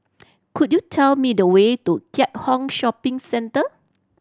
could you tell me the way to Keat Hong Shopping Centre